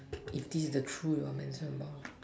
if this is the truth you are mention about